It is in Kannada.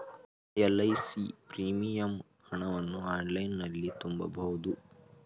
ಎಲ್.ಐ.ಸಿ ಪ್ರೀಮಿಯಂ ಹಣವನ್ನು ಆನ್ಲೈನಲ್ಲಿ ತುಂಬಬಹುದು